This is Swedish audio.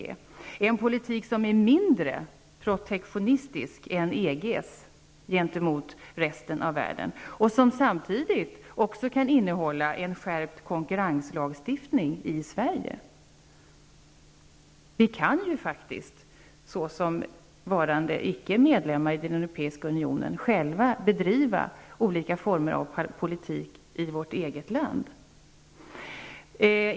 Det skulle vara en politik som är mindre protektionistisk än EG:s gentemot resten av världen och som samtidigt också kan innehålla en skärpt konkurrenslagstiftning i Sverige. Vi kan faktiskt, såsom varande icke medlemmar i den europeiska unionen, själva bedriva olika former av politik i vårt eget land.